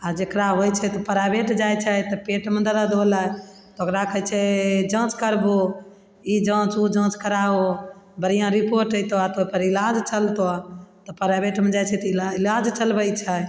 आओर जकरा होइ छै तऽ प्राइवेट जाइ छै तब पेटमे दर्द होलय तऽ ओकरा कहय छै जाँच करबहो ई जाँच उ जाँच कराहो बढ़िआँ रिपोर्ट अइतौ तऽ ओकर इलाज चलतऽ प्राइवेटमे जाइ छै तऽ इलाज चलबय छै